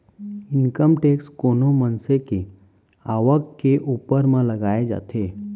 income tax कोनो मनसे के आवक के ऊपर म लगाए जाथे